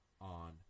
on